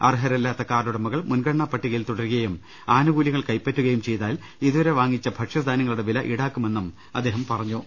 അർഹരല്ലാത്ത കാർഡുടമകൾ മുൻഗണനാപട്ടികയിൽ തുട രുകയും ആനുകൂല്യങ്ങൾ കൈപ്പറ്റുകയും ചെയ്താൽ ഇതുവരെ വാങ്ങിച്ച ഭക്ഷ്യ ധാന്യങ്ങളുടെ വില ഈടാക്കുമെന്നും അദ്ദേഹം പറഞ്ഞു